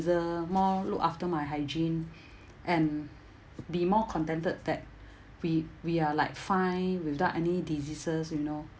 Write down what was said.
more look after my hygiene and be more contented that we we are like fine without any diseases you know